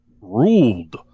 ruled